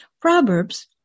Proverbs